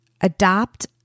Adopt